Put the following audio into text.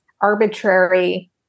arbitrary